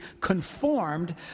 conformed